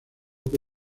que